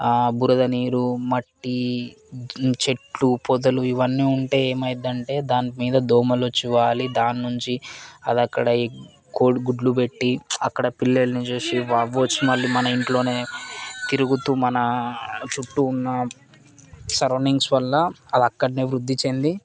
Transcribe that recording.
బురద నీరు మట్టి చెట్లు పొదలు ఇవన్నీ ఉంటే ఏమైద్ది అంటే దాని మీద దోమలు వచ్చి వాలి దాని నుంచి అది అక్కడ ఎగ్ కోడిగుడ్లు పెట్టి అక్కడ పిల్లల్ని చేసి అవి వచ్చి మళ్ళీ మన ఇంట్లోనే తిరుగుతూ మన చుట్టూ ఉన్న సరౌండింగ్స్ వల్ల అవి అక్కడనే వృద్ధి చెంది